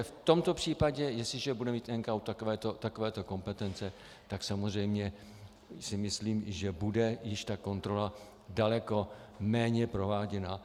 V tomto případě, jestliže bude mít NKÚ takovéto kompetence, tak samozřejmě si myslím, že bude již ta kontrola daleko méně prováděna.